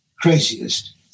craziest